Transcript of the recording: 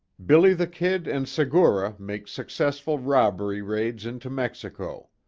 billy the kid and segura make successful robbery raids into mexico.